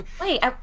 wait